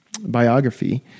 biography